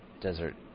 desert